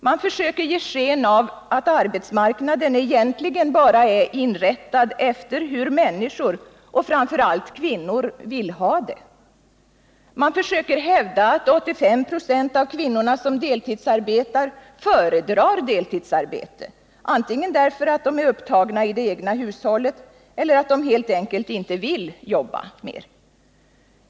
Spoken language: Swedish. Man försöker ge sken av att arbetsmarknaden egentligen bara är inrättad efter hur människor och framför allt kvinnor vill ha det. Man försöker hävda att 85 96 av kvinnorna som deltidsarbetar föredrar deltidsarbetet antingen därför att de är upptagna i det egna hushållet eller därför att de helt enkelt inte vill jobba mer.